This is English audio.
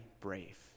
brave